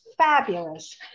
fabulous